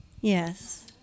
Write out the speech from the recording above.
Yes